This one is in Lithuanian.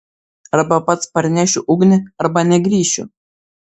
arba pats parnešiu ugnį arba negrįšiu